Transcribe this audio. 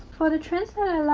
for the trends